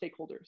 stakeholders